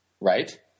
Right